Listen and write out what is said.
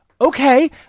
Okay